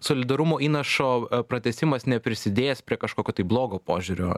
solidarumo įnašo pratęsimas neprisidės prie kažkokio tai blogo požiūrio